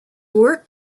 work